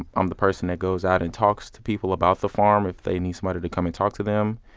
i'm the person who goes out and talks to people about the farm if they need somebody to come and talk to them.